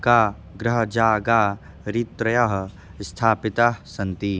काः गृहजागरित्र्यः स्थापिताः सन्ति